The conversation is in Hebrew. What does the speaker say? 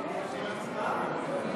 אנחנו דורשים הצבעה.